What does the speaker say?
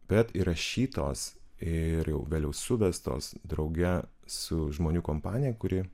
bet įrašytos ir jau vėliau suvestos drauge su žmonių kompanija kuri